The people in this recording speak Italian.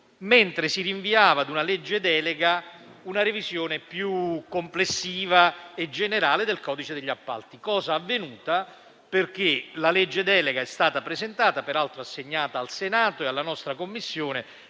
mentre si rinviava ad una legge delega una revisione più complessiva e generale del codice degli appalti. Ciò è avvenuto, perché la legge delega è stata presentata e assegnata al Senato e all'8a Commissione,